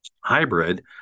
hybrid